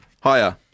Higher